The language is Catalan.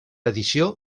edició